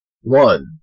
one